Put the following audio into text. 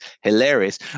hilarious